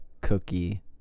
cookie